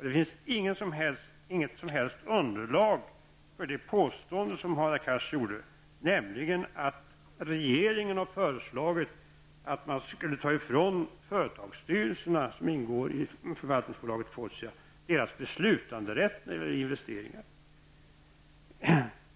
Det finns inget som helst underlag för det påstående som Hadar Cars gjorde, nämligen att regeringen har föreslagit att man skulle ta ifrån företagsstyrelserna för de företag som ingår i förvaltningsbolaget Fortia deras beslutanderätt när det gäller investeringar.